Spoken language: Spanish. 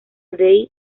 dei